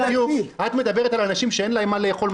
את מדברת על אנשים שאין להם מה לאכול.